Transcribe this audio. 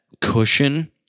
cushion